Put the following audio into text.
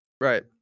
right